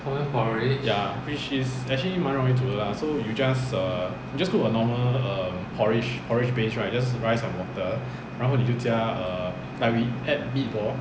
ya which is actually 蛮容易煮的 lah so you just err just cook a normal a normal porridge porridge base right just rice and water 然后你就加 err like we add meatball